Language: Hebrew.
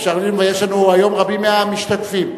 יש לנו היום רבים מהמשתתפים.